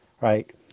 right